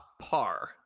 Par